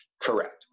Correct